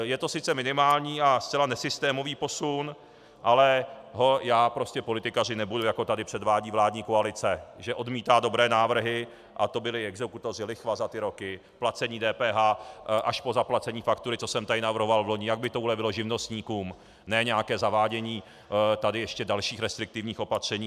Je to sice minimální a zcela nesystémový posun, ale já prostě politikařit nebudu, jako tady předvádí vládní koalice, že odmítá dobré návrhy, a to byli exekutoři, lichva za ty roky, placení DPH až po zaplacení faktury, co jsem tady navrhoval loni, jak by to ulevilo živnostníkům, ne nějaké zavádění ještě dalších restriktivních opatření...